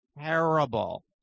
terrible